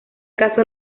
caso